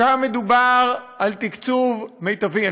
שם מדובר על תקצוב מיטבי.